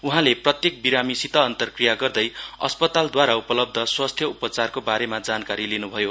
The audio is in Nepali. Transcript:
उहाँले प्रत्येक बिमारीसित अन्तरक्रिया गर्दै अस्पतालद्वारा उपलब्ध स्वास्थ्य उपचारको बारेमा जानकारी लिनुभयो